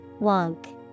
Wonk